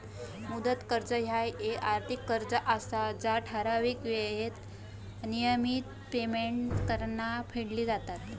मुदत कर्ज ह्या येक आर्थिक कर्ज असा जा ठराविक येळेत नियमित पेमेंट्स करान फेडली जातत